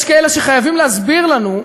יש כאלה שחייבים להסביר לנו,